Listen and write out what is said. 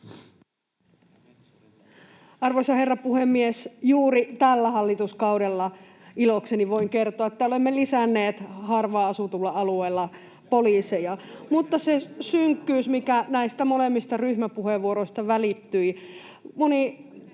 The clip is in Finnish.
voin kertoa, että juuri tällä hallituskaudella olemme lisänneet harvaan asutulla alueella poliiseja. Mutta se synkkyys, mikä näistä molemmista ryhmäpuheenvuoroista välittyi